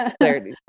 clarity